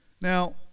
Now